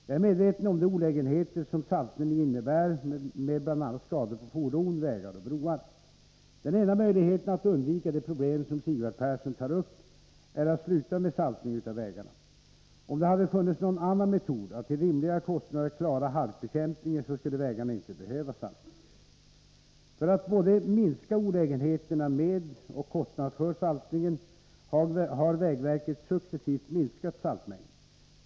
Jag är medveten om de olägenheter som saltningen innebär med bl.a. skador på fordon, vägar och broar. Den enda möjligheten att undvika de problem som Sigvard Persson tar upp är att sluta med saltningen av vägarna. Om det hade funnits någon annan metod att till rimliga kostnader klara halkbekämpningen så skulle vägarna inte behöva saltas. För att både minska olägenheterna med och kostnaderna för saltningen har vägverket successivt minskat saltmängden.